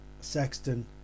Sexton